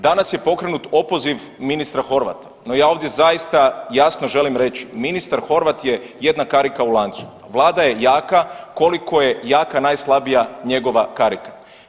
Danas je pokrenut opoziv ministra Horvata, no ja ovdje zaista jasno želim reći, ministar Horvat je jedna karika u lancu, a Vlada je jaka koliko je jaka najslabija njegova karika.